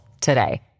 today